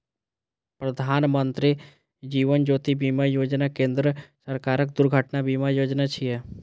प्रधानमत्री जीवन ज्योति बीमा योजना केंद्र सरकारक दुर्घटना बीमा योजना छियै